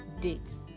dates